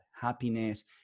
happiness